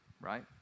right